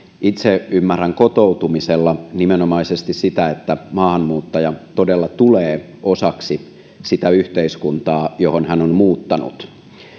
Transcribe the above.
itse ymmärrän kotoutumisella nimenomaisesti sitä että maahanmuuttaja todella tulee osaksi sitä yhteiskuntaa johon hän on muuttanut